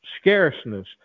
scarceness